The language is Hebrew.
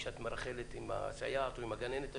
כשאת מרכלת עם הסייעת או עם הגננת השנייה,